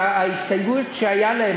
וההסתייגות שהייתה להם,